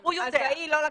הוא יודע.